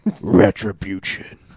Retribution